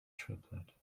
triplet